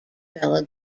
vella